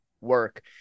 work